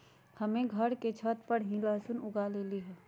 हम्मे घर के छत पर ही लहसुन उगा लेली हैं